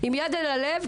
עם יד על הלב,